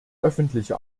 öffentliche